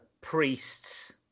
priests